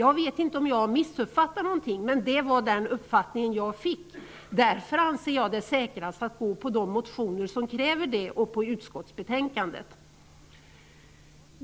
Jag vet inte om jag har missuppfattat någonting, men det var den uppfattning jag fick. Därför anser jag det säkrast att gå på de motioner som kräver ett sådant förbud och på utskottsbetänkandet.